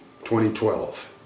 2012